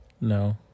No